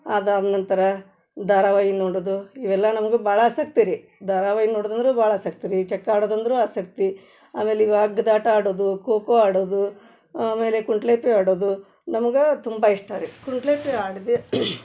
ಅದಾದ ನಂತರ ಧಾರಾವಾಹಿ ನೋಡೋದು ಇವೆಲ್ಲ ನಮ್ಗೆ ಭಾಳ ಆಸಕ್ತಿ ರೀ ಧಾರಾವಾಹಿ ನೋಡುದಂದರೂ ಭಾಳ ಆಸಕ್ತಿ ರೀ ಚಕ್ಕ ಆಡೋದಂದರೂ ಆಸಕ್ತಿ ಆಮೇಲೆ ಈಗ ಹಗ್ಗದ್ ಆಟ ಆಡೋದು ಖೋ ಖೋ ಆಡೋದು ಆಮೇಲೆ ಕುಂಟ್ಲೇಪಿ ಆಡೋದು ನಮ್ಗೆ ತುಂಬ ಇಷ್ಟ ರೀ ಕುಂಟ್ಲೇಪಿ ಆಡದೆ